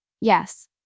Yes